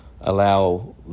allow